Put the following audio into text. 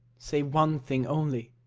save one thing only,